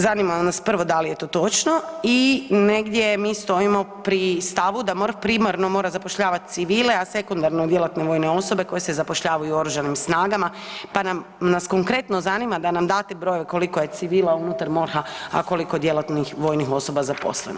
Zanima nas 1. da li je to točno i negdje mi stojimo pri stavu da MORH primarno mora zapošljavati civile a sekundarno djelatne vojne osobe koje se zapošljavaju u Oružanim snagama, pa nas konkretno zanima da nam date broj koliko je civila unutar MORH-a, a koliko djelatnih vojnih osoba zaposleno.